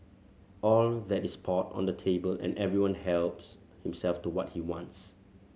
all that is poured on the table and everyone helps himself to what he wants